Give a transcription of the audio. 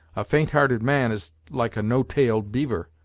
a faint-hearted man is like a no-tailed beaver.